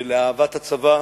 לאהבת הצבא,